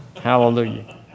hallelujah